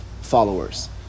followers